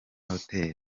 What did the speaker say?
hotel